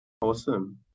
Awesome